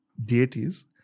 deities